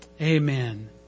Amen